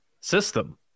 system